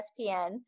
ESPN